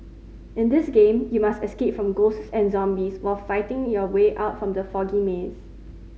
in this game you must escape from ghosts and zombies while finding the way out from the foggy maze